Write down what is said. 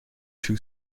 too